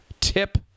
tip